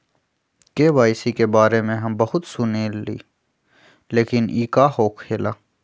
KYC के बारे में हम बहुत सुनीले लेकिन इ का होखेला?